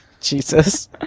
Jesus